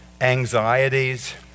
anxieties